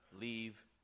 leave